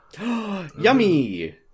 Yummy